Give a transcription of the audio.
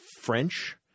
French